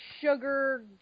sugar